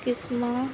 ਕਿਸਮਾਂ